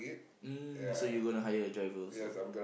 mm so you going to hire a driver also